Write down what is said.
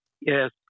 Yes